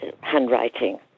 handwriting